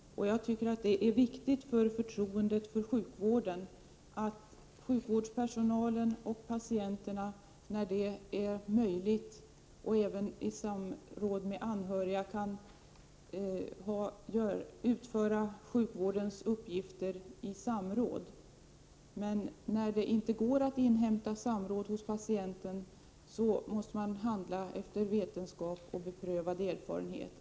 Det är viktigt för förtroendet för sjukvården att sjukvårdspersonalen när det är möjligt kan utföra sjukvårdens uppgifter i samråd med patienterna och även i samråd med anhöriga. När det inte går att inhämta patientens samråd måste sjukvårdspersonalen handla efter vetenskap och beprövad erfarenhet.